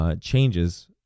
Changes